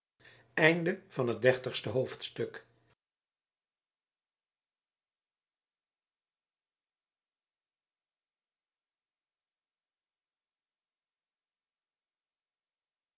van het dorp